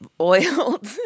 oiled